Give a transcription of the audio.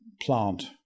plant